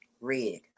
red